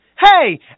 Hey